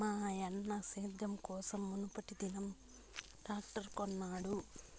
మాయన్న సేద్యం కోసం మునుపటిదినం ట్రాక్టర్ కొనినాడు